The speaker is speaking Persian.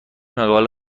مقاله